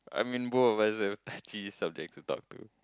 I mean both of us have touchy subjects to talk to